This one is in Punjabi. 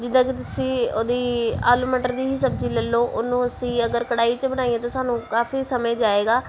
ਜਿੱਦਾਂ ਕਿ ਤੁਸੀਂ ਉਹਦੀ ਆਲੂ ਮਟਰ ਦੀ ਹੀ ਸਬਜ਼ੀ ਲੈ ਲਓ ਉਹਨੂੰ ਅਸੀਂ ਅਗਰ ਕੜਾਹੀ 'ਚ ਬਣਾਈਏ ਤਾਂ ਸਾਨੂੰ ਕਾਫੀ ਸਮੇਂ ਜਾਵੇਗਾ